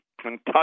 Kentucky